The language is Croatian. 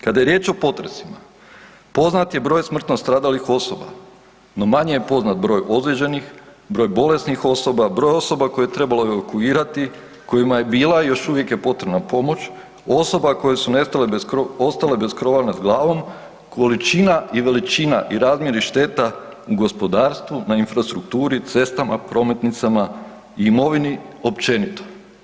Kad je riječ o potresima, poznat je broj smrtno stradalih osoba, no manje je poznat broj ozlijeđenih, broj bolesnih osoba, broj osoba koje je trebalo evakuirati, kojima je bila i još uvijek je potrebna pomoć, osoba koje su ostale bez krova nad glavom, količina i veličina i razmjeri šteta u gospodarstvu, na infrastrukturi, cestama, prometnicama, imovini općenito.